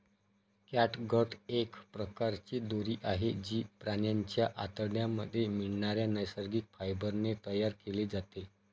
catgut एक प्रकारची दोरी आहे, जी प्राण्यांच्या आतड्यांमध्ये मिळणाऱ्या नैसर्गिक फायबर ने तयार केली जाते